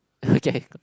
okay